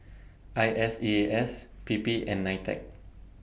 I S E A S P P and NITEC